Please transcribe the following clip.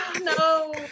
no